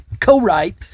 co-write